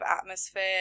atmosphere